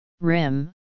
rim